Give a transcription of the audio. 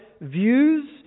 views